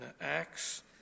Acts